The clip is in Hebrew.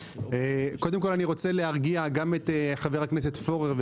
אני רוצה להרגיע גם את חבר הכנסת פורר,